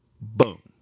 Boom